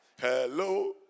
Hello